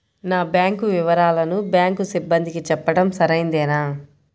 నా బ్యాంకు వివరాలను బ్యాంకు సిబ్బందికి చెప్పడం సరైందేనా?